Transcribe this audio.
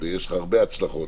וי שלך הרבה הצלחות.